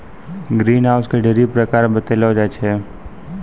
green house के ढ़ेरी प्रकार बतैलो जाय छै